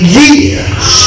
years